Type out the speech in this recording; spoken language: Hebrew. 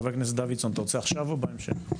חבר הכנסת דוידסון, אתה רוצה עכשיו או בהמשך?